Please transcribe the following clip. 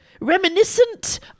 Reminiscent